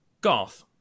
Garth